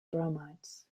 bromides